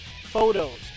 photos